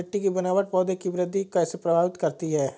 मिट्टी की बनावट पौधों की वृद्धि को कैसे प्रभावित करती है?